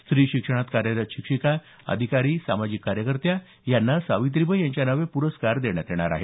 स्त्री शिक्षणात कार्यरत शिक्षिका अधिकारी सामाजिक कार्यकर्त्या यांना सावित्रीबाई यांच्या नावे पुरस्कार देण्यात येणार आहेत